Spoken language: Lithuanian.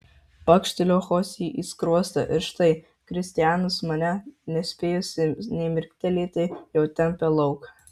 pakšteliu chosė į skruostą ir štai kristianas mane nespėjusią nė mirktelėti jau tempia lauk